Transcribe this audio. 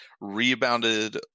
rebounded